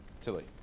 Tilly